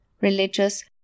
Religious